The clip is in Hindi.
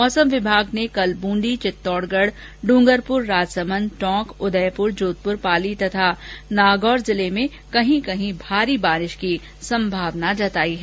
मौसम विभाग ने कल बूंदी चित्तौडगढ ड्रंगरपुर राजसमंद टोंक उदयपुर जोधपुर पाली तथा नागौर में कहीं कहीं भारी वर्षा की संभावना जताई है